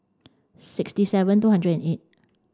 sixty seven two hundred and eight